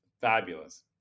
fabulous